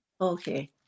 okay